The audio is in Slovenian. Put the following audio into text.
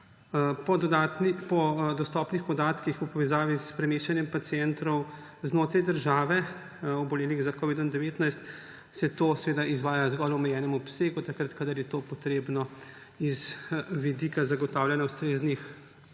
Po dostopnih podatkih v povezavi s premeščanjem pacientov znotraj države, obolelih za covidom-19, se to izvaja zgolj v omejenem obsegu, ko je to potrebno z vidika zagotavljanja ustreznih